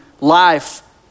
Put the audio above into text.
life